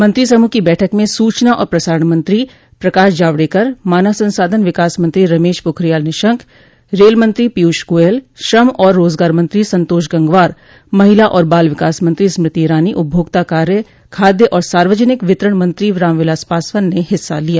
मंत्रिसमूह की बैठक में सूचना और प्रसारण मंत्री प्रकाश जावडेकर मानव संसाधन विकास मंत्री रमेश पोखरियाल निशंक रेल मंत्री पीयूष गोयल श्रम और रोजगार मंत्री संतोष गंगवार महिला और बाल विकास मंत्री स्मृति इरानी उपभोक्ता कार्य खाद्य और सार्वजनिक वितरण मंत्री रामविलास पासवान ने हिस्सा लिया